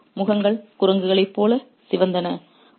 அவர்களின் முகங்கள் குரங்குகளைப் போல சிவந்தன